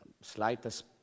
Slightest